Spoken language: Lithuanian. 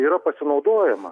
yra pasinaudojama